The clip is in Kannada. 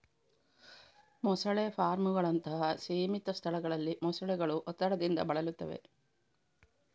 ಮೊಸಳೆ ಫಾರ್ಮುಗಳಂತಹ ಸೀಮಿತ ಸ್ಥಳಗಳಲ್ಲಿ ಮೊಸಳೆಗಳು ಒತ್ತಡದಿಂದ ಬಳಲುತ್ತವೆ